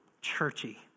churchy